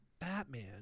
Batman